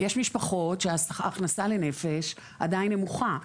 יש משפחות שההכנסה לנפש עדיין נמוכה.